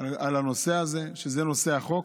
על הנושא הזה שהוא נושא החוק.